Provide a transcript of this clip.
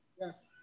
Yes